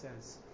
says